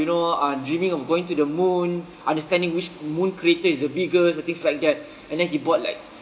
you know uh dreaming of going to the moon understanding which moon crater is the biggest or things like that and then he bought like